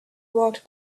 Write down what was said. walked